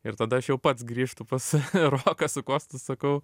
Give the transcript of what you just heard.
ir tada aš jau pats grįžtu pas roką su kostu sakau